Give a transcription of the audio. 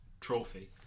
trophy